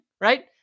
right